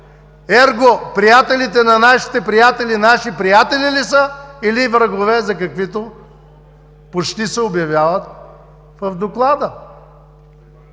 Ерго, приятелите на нашите приятели, наши приятели ли са, или врагове, за каквито се обявяват в Доклада?